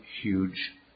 huge